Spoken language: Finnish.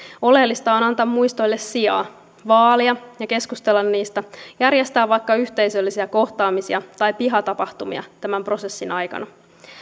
oleellista on antaa muistoille sijaa vaalia niitä ja keskustella niistä järjestää vaikka yhteisöllisiä kohtaamisia tai pihatapahtumia tämän prosessin aikana